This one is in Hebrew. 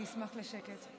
אני אשמח לשקט.